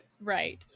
Right